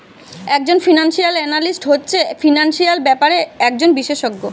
একজন financial analyst হচ্ছে financial ব্যাপারে একজন বিশেষজ্ঞ